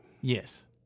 Yes